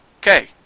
Okay